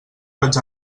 vaig